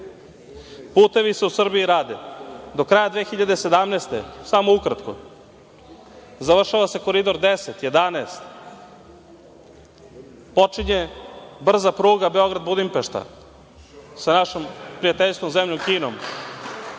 Putevi se u Srbiji rade. Do kraja 2017. završava se Koridor 10,11, počinje brza pruga Beograd-Budimpešta, sa našom prijateljskom zemljom Kinom.